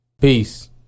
Peace